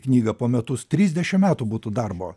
knygą po metus trisdešim metų būtų darbo